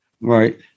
Right